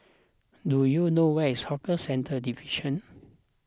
do you know where is Hawker Centres Division